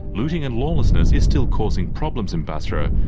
looting and lawlessness is still causing problems in basra,